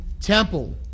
temple